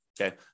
Okay